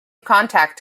contract